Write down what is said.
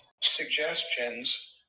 Suggestions